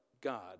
God